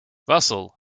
russell